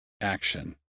action